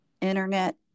internet